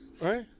Right